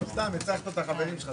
הבקשה אושרה.